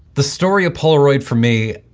the story of polaroid, for me,